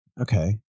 Okay